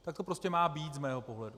Tak to prostě má být z mého pohledu.